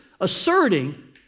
asserting